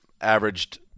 averaged